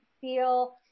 feel